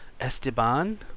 Esteban